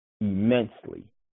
immensely